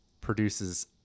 produces